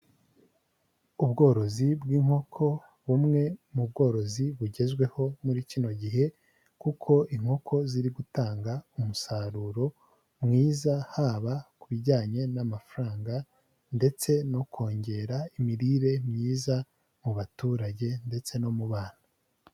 Ubworozi bw'inkoko bumwe mu bworozi bugezweho muri kino gihe, kuko inkoko ziri gutanga umusaruro mwiza haba ku bijyanye n'amafaranga ndetse no kongera imirire myiza mu baturage ndetse no mu bana.